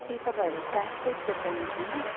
ए तपाईँहरू क्यास चाहिँ एक्सेप्ट गर्नु हुँदैन